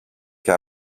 και